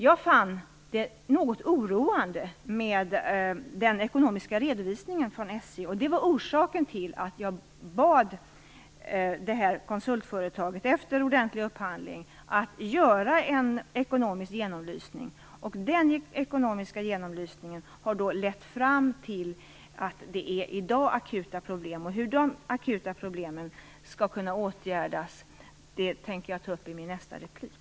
Jag fann SJ:s ekonomiska redovisning något oroande. Det var orsaken till att jag efter ordentlig upphandling bad konsultföretaget att göra en ekonomisk genomlysning. Den har lett fram till att SJ har akuta problem i dag. Hur de skall kunna åtgärdas tänker jag ta upp i min nästa replik.